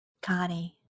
Connie